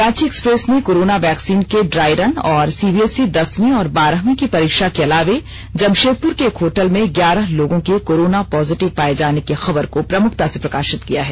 Ranchi Express ने corona vaccine के dry run और सीबीएसई दसवीं और बारहवीं की परीक्षा के अलावे जमशेदपुर के एक होटल में ग्यारह लोगों के कोरोना पॉजिटिव पाये जाने की खबर को प्रमुखता से प्रकाशित किया है